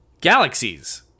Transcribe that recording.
galaxies